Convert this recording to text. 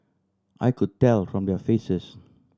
I could tell from their faces